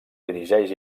dirigeix